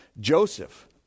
Joseph